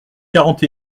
quarante